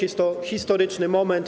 Jest to historyczny moment.